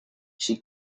she